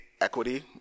equity